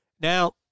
Now